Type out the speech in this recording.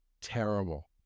terrible